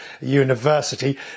University